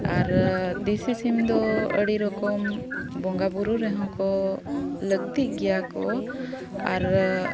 ᱟᱨ ᱫᱮᱥᱤ ᱥᱤᱢ ᱫᱚ ᱟᱹᱰᱤ ᱨᱚᱠᱚᱢ ᱵᱚᱸᱜᱟ ᱵᱩᱨᱩ ᱨᱮᱦᱚᱸ ᱠᱚ ᱞᱟᱹᱠᱛᱤᱜ ᱜᱮᱭᱟ ᱠᱚ ᱟᱨ